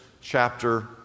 chapter